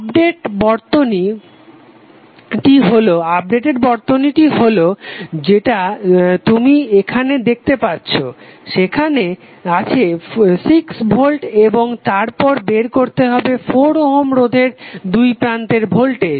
updated বর্তনীটি হলো যেটা তুমি এখানে দেখতে পাচ্ছো যেখানে আছে 6 ভোল্ট এবং তারপর বের করতে হবে 4 ওহম রোধের দুই প্রান্তের ভোল্টেজ